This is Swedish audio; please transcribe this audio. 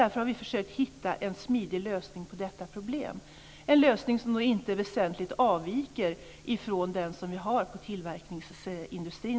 Därför har vi försökt att hitta en smidig lösning på detta problem, en lösning som inte väsentligt avviker från den som vi har när det gäller tillverkningsindustrin.